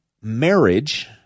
marriage